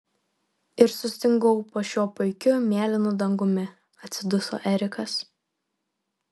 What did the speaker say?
ir sustingau po šiuo puikiu mėlynu dangumi atsiduso erikas